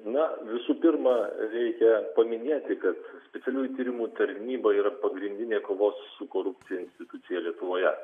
na visų pirma reikia paminėti kad specialiųjų tyrimų tarnyba yra pagrindinė kovos su korupcija institucija lietuvoje